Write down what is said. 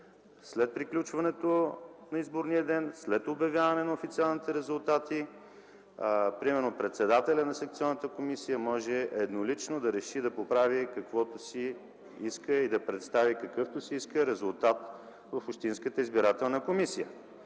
след приключването на изборния ден, след обявяване на официалните резултати председателят на секционната комисия може еднолично да реши да поправи каквото си иска и да представи какъвто си иска резултат в общинската избирателна комисия.